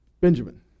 Benjamin